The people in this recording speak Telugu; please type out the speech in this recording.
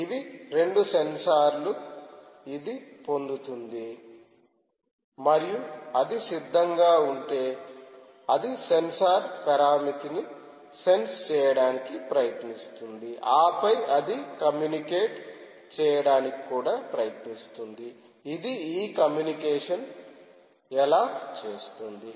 ఇవి రెండు సెన్సార్లు ఇది పొందుతోంది మరియు అది సిద్ధంగా ఉంటే అది సెన్సార్ పరామితిని సెన్స్ చేయడానికి ప్రయత్నిస్తుంది ఆపై అది కమ్యూనికేట్ చేయడానికి కూడా ప్రయత్నిస్తుంది ఇది ఈ కమ్యూనికేషన్ ఎలా చేస్తుంది